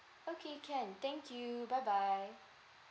okay can thank you bye bye